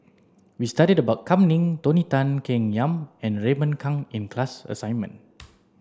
we studied about Kam Ning Tony Tan Keng Yam and Raymond Kang in the class assignment